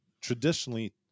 traditionally